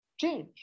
change